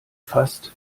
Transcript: fast